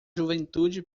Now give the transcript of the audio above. juventude